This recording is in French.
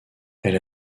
elle